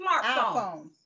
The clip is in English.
smartphones